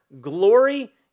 glory